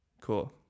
Cool